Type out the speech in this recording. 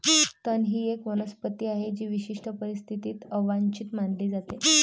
तण ही एक वनस्पती आहे जी विशिष्ट परिस्थितीत अवांछित मानली जाते